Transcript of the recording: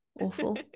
Awful